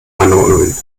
anordnungen